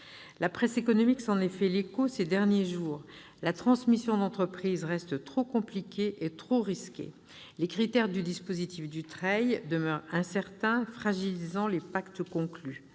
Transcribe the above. La presse économique s'en est fait l'écho ces derniers jours : la transmission d'entreprise reste trop compliquée et trop risquée. Les critères du dispositif Dutreil demeurent incertains, fragilisant les pactes conclus.